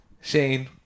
Shane